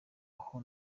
aho